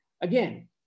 again